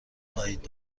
خواهید